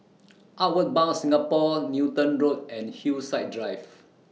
Outward Bound Singapore Newton Road and Hillside Drive